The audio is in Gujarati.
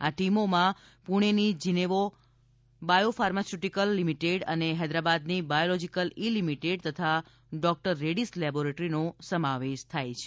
આ ટીમોમાં પૂણેની જિનોવા બાયો ફાર્માસ્યુટીકલ્સ લિમિટેડ અને હૈદરાબાદની બાયોલોજીક્લ ઈ લિમિટેડ તથા ડોક્ટર રેડિસ લેબોરેટરીનો સમાવેશ થાય છે